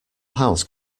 house